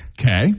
Okay